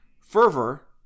fervor